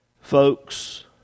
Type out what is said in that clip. Folks